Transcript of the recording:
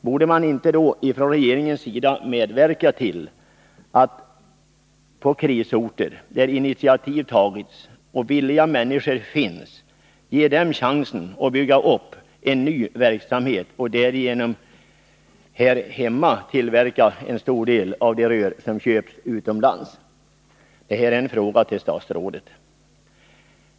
Borde man inte från regeringens sida medverka till att på krisorter, där initiativ tagits och villiga människor finns, ge vederbörande chansen att bygga upp en ny verksamhet, så att det här hemma kan tillverkas en stor del av de rör som nu köps utomlands? Det är en fråga till statsrådet.